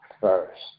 first